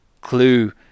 clue